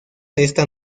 esta